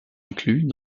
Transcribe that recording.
inclus